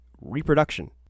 reproduction